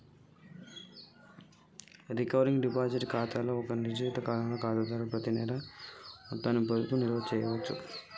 recurring deposit ఖాతాలో ఒక నిర్ణీత కాలానికి ఖాతాదారుడు ప్రతినెలా ఒక నిర్ణీత మొత్తాన్ని పొదుపు చేయచ్చు